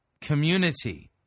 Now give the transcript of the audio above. community